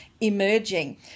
emerging